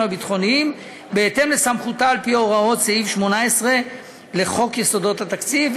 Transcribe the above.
הביטחוניים בהתאם לסמכותה על-פי הוראות סעיף 18 לחוק יסודות התקציב.